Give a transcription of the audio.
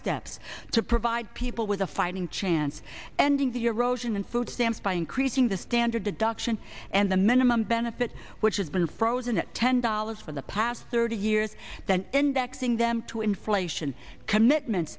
steps to provide people with a fighting chance ending the erosion in food stamps by increasing the standard deduction and the minimum benefit which has been frozen at ten dollars for the past thirty years than indexing them to inflation commitment